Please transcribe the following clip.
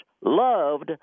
loved